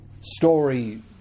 story